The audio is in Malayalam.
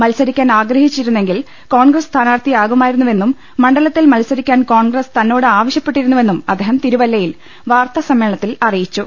മത്സരി ക്കാൻ ആഗ്രഹിച്ചിരുന്നെങ്കിൽ കോൺഗ്രസ് സ്ഥാനാർത്ഥിയാകുമായിരു ന്നുവെന്നും മണ്ഡലത്തിൽ മത്സരിക്കാൻ കോൺഗ്രസ് തന്നോട് ആവശ്യ പ്പെട്ടിരുന്നുവെന്നും അദ്ദേഹം തിരുവല്ലയിൽ വാർത്താസമ്മേളനത്തിൽ അറിയിച്ചു